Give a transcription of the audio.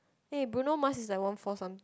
eh Bruno-Mars is like one four some